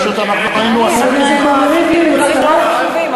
פשוט אנחנו היינו עסוקים,